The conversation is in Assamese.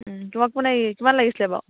তোমাক কোনে এই কিমান লাগিছিলে বাৰু